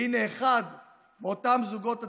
והינה אחד מאותם זוגות תפילין,